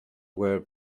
were